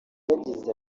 yagize